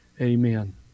Amen